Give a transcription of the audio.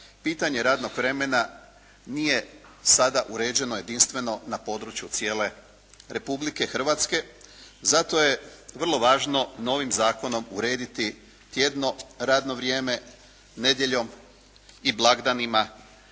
pitanje radnog vremena nije sada uređeno jedinstveno na području cijele Republike Hrvatske zato je vrlo važno novim zakonom urediti tjedno radno vrijeme, nedjeljom i blagdanima